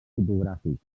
fotogràfics